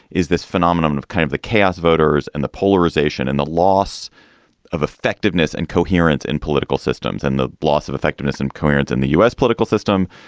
is this phenomenon of kind of the chaos voters and the polarization and the loss of effectiveness and coherence in political systems and the loss of effectiveness and coherence in the u s. political system.